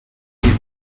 les